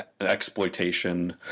exploitation